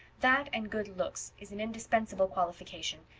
that and good looks is an indispensable qualification.